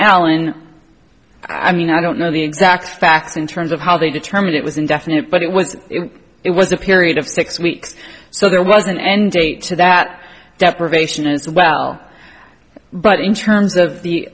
alan i mean i don't know the exact facts in terms of how they determined it was indefinite but it was it was a period of six weeks so there was an end date to that deprivation as well but in terms of the